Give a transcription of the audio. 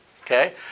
okay